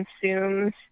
consumes